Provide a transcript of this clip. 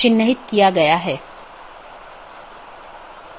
इसलिए हमारे पास BGP EBGP IBGP संचार है